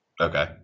Okay